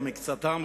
או מקצתם,